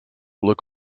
look